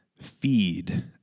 feed